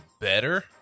better